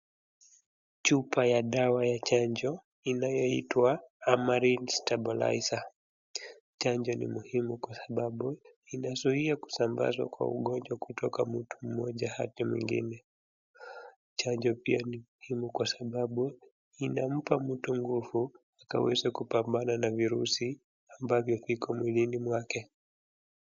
Chupa ya dawa ya chanjo inayoitwa amaril stabiliser. Chanjo ni muhimu kwa sababu inazuia kusambazwa kwa ugonjwa kutoka kwa mtu mmoja hadi mwingine. Chanjo pia muhimu kwa sababu inampa mtu nguvu ya kuweza kupambana na virusi ambavyo viko mwilini mwake.